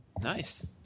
nice